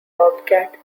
bobcat